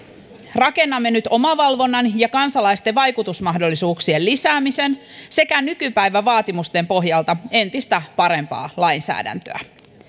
rakennamme nyt omavalvonnan ja kansalaisten vaikutusmahdollisuuksien lisäämisen sekä nykypäivän vaatimusten pohjalta entistä parempaa lainsäädäntöä